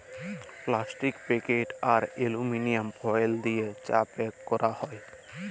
plastic packet আর aluminium foil দিয়ে চা প্যাক ক্যরা যায়